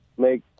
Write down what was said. make